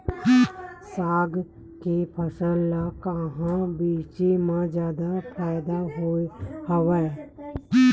साग के फसल ल कहां बेचे म जादा फ़ायदा हवय?